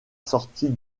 sortie